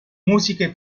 musiche